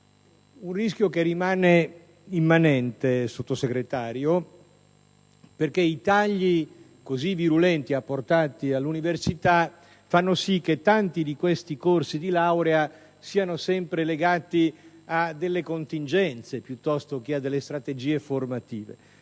un rischio che rimane immanente, signor Sottosegretario, perché i tagli così virulenti apportati all'università fanno sì che tanti corsi di laurea siano legati a delle contingenze piuttosto che a delle strategie formative.